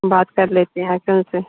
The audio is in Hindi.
बात कर लेते हैं आकर उसे